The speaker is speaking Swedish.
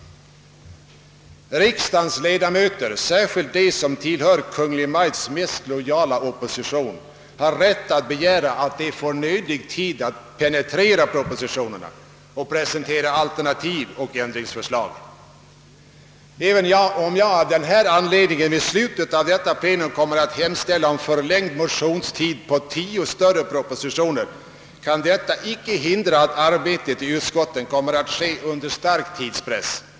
Riksdagens ledamöter, särskilt de som tillhör Kungl. Maj:ts mest lojala opposition, har rätt att begära att de får nödig tid att penetrera propositionerna och presentera alternativ och ändringsförslag. I slutet av detta plenum kommer jag att hemställa om nödvändig förlängd motionstid i anledning av tio större propositioner. Detta medför i sin tur att arbetet i utskotten kommer att bedrivas under ännu starkare tidspress.